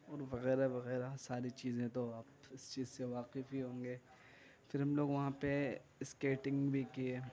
اور وغیرہ وغیرہ ساری چیزیں تو آپ اس چیز سے واقف ہی ہوں گے پھر ہم لوگ وہاں پہ اسکیٹنگ بھی کیے